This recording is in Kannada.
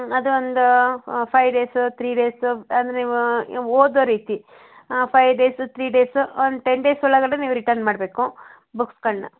ಅದು ಒಂದು ಫೈವ್ ಡೇಸು ತ್ರೀ ಡೇಸು ಅಂದ್ರೆ ನೀವು ಓದೋ ರೀತಿ ಫೈವ್ ಡೇಸು ತ್ರೀ ಡೇಸು ಒಂದು ಟೆನ್ ಡೇಸ್ ಒಳಗಡೆ ನೀವು ರಿಟರ್ನ್ ಮಾಡಬೇಕು ಬುಕ್ಸ್ಗಳನ್ನ